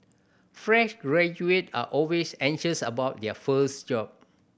fresh graduate are always anxious about their first job